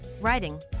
writing